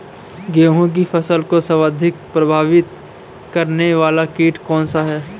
गेहूँ की फसल को सर्वाधिक प्रभावित करने वाला कीट कौनसा है?